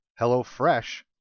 HelloFresh